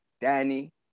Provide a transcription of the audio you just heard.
Danny